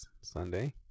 Sunday